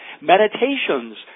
Meditations